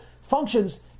functions